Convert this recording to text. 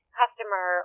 customer